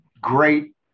great